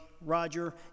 Roger